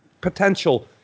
potential